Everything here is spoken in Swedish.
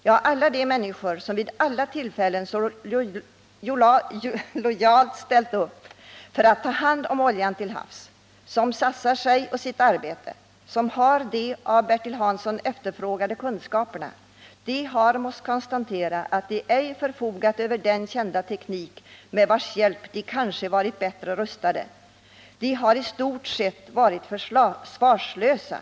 Ja, de människor som vid alla tillfällen så lojalt har ställt upp för att ta hand om oljan till havs, som har satsat sig och sitt arbete, som har de av Bertil Hansson efterfrågade kunskaperna, de har måst konstatera att de inte har förfogat över den kända teknik med vars hjälp de kanske hade varit bättre rustade. De har i stort sett varit försvarslösa.